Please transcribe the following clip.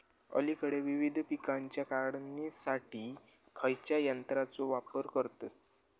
अलीकडे विविध पीकांच्या काढणीसाठी खयाच्या यंत्राचो वापर करतत?